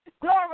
Glory